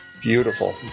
Beautiful